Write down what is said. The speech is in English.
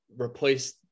replace –